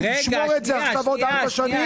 תשמור את זה עכשיו עוד ארבע שנים,